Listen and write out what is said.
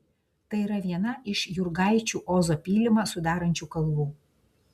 tai yra viena iš jurgaičių ozo pylimą sudarančių kalvų